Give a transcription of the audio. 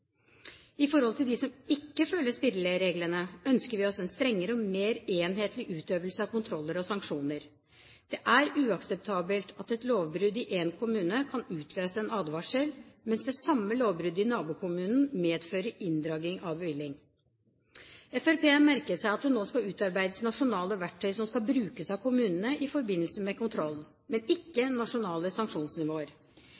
I forhold til dem som ikke følger spillereglene, ønsker vi oss en strengere og mer enhetlig utøvelse av kontroller og sanksjoner. Det er uakseptabelt at et lovbrudd i én kommune kan utløse en advarsel, mens det samme lovbruddet i nabokommunen medfører inndragning av bevillingen. Fremskrittspartiet har merket seg at det nå skal utarbeides nasjonale verktøy som skal brukes av kommunene i forbindelse med kontroll, men